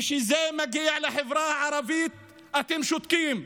וכשזה מגיע לחברה הערבית אתם שותקים.